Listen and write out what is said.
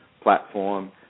platform